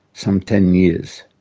some ten years.